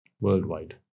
worldwide